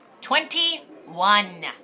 Twenty-one